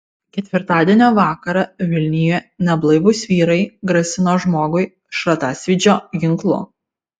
ketvirtadienio vakarą vilniuje neblaivūs vyrai grasino žmogui šratasvydžio ginklu